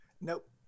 Nope